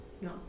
No